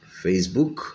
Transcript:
Facebook